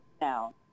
Now